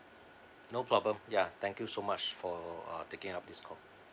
no problem ya thank you so much for uh taking up this call